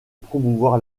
promouvoir